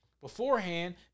beforehand